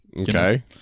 Okay